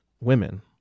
women